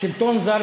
אנחנו שלטון זר?